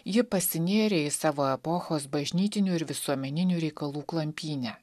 ji pasinėrė į savo epochos bažnytinių ir visuomeninių reikalų klampynę